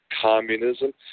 communism